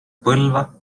põlva